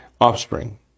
offspring